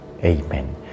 Amen